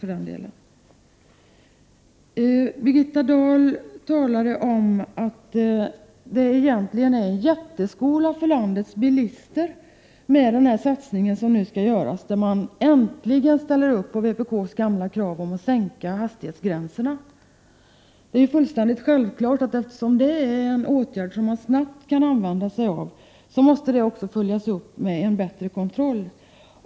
39 Birgitta Dahl talade om att det egentligen är en jätteskola för landets bilister med den här satsningen som nu skall göras. Man ställer äntligen upp på vpk:s gamla krav på en sänkning av hastighetsgränserna. Eftersom det är en åtgärd som man snabbt kan använda sig av, måste den självfallet följas upp med en bättre kontroll.